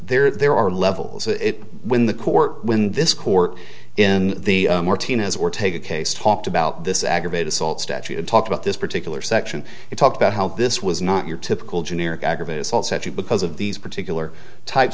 is there are levels of it when the court when this court in the team has or take a case talked about this aggravated assault statute and talked about this particular section it talked about how this was not your typical generic aggravated assault set you because of these particular types